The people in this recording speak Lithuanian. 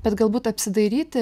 bet galbūt apsidairyti